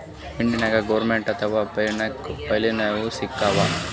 India ನಾಗ್ government ಮತ್ private financial scheme ಆವಾ